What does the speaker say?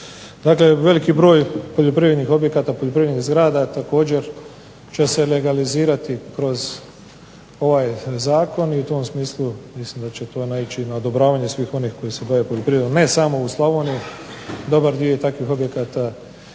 Dakle, veliki broj poljoprivrednih objekata, poljoprivrednih zgrada također će se legalizirati kroz ovaj zakon i u tom smislu mislim da će to naići na odobravanje svih onih koji se bave poljoprivredom ne samo u Slavoniji, dobar dio je takvih objekata